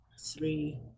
three